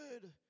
good